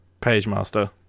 Pagemaster